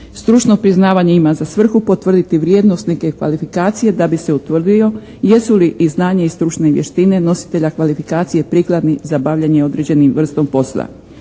Stručno priznavanje ima za svrhu potvrditi vrijednost neke kvalifikacije da bi se utvrdilo jesu li i znanje i stručne vještine nositelja kvalifikacije prikladni za bavljenje određenom vrstom posla.